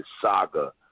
Saga